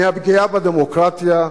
מהפגיעה בדמוקרטיה,